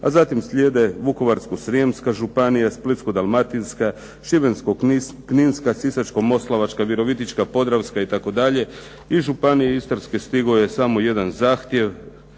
a zatim slijede Vukovarsko-srijemska županija, Splitsko-dalmatinska, Šibensko-kninska, Sisačko-moslavačka, Virovitička, Podravska itd. Iz Županije istarske stigao je samo jedan zahtjev